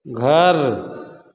घर